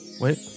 Wait